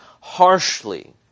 harshly